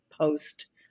post